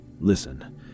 Listen